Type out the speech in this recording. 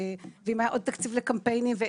ואם היה עוד תקציב לקמפיינים.